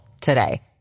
today